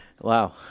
Wow